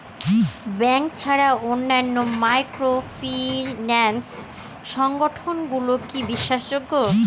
Bank ছাড়া অন্যান্য microfinance সংগঠন গুলি কি বিশ্বাসযোগ্য?